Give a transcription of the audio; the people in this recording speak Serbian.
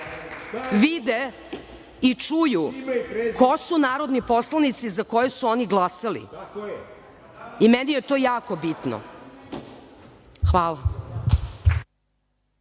vide i čuju ko su narodni poslanici za koje su oni glasali. Meni je to jako bitno. Hvala.